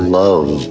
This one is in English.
love